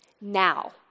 now